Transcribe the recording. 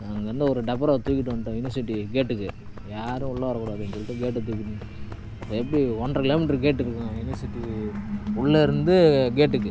நான் அங்கே இருந்த ஒரு டபாராவை தூக்கிட்டு வந்துவிட்டேன் யூனிவர்சிட்டி கேட்டுக்கு யாரும் உள்ளே வரக்கூடாதென்னு சொல்லிகிட்டு கேட்டை தூக்கி அப்புறம் எப்படி ஒன்றரை கிலோ மீட்டர் கேட்டுக்கும் யூனிவர்சிட்டி உள்ளே இருந்து கேட்டுக்கு